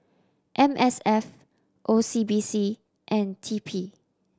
M S F O C B C and T P